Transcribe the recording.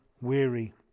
weary